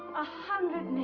hundred